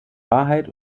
wahrheit